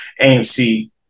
AMC